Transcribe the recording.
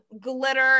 glitter